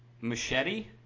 Machete